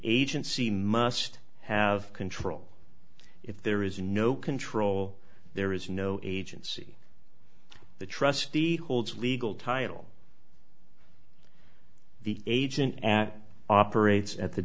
agency must have control if there is no control there is no agency the trustee holds legal title the agent at operates at the